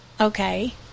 okay